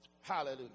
Hallelujah